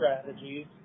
strategies